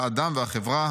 האדם והחברה,